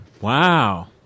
Wow